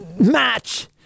match